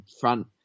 front